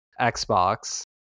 Xbox